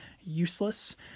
useless